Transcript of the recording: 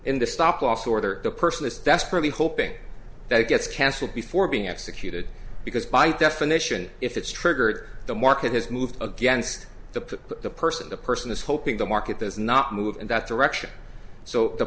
order the person is desperately hoping that it gets cancelled before being executed because by definition if it's triggered the market has moved against the person the person is hoping the market does not move in that direction so the